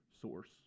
source